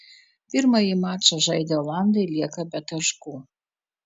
pirmąjį mačą žaidę olandai lieka be taškų